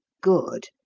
good.